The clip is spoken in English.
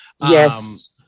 Yes